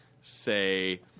say